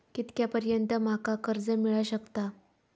कितक्या पर्यंत माका कर्ज मिला शकता?